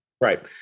Right